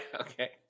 okay